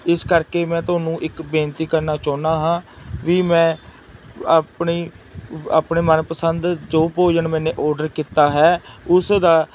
ਇਸ ਕਰਕੇ ਮੈਂ ਤੁਹਾਨੂੰ ਇੱਕ ਬੇਨਤੀ ਕਰਨਾ ਚਾਹੁੰਦਾ ਹਾਂ ਵੀ ਮੈਂ ਆਪਣੀ ਆਪਣੇ ਮਨ ਪਸੰਦ ਜੋ ਭੋਜਨ ਮੈਂ ਓਡਰ ਕੀਤਾ ਹੈ ਉਸ ਦਾ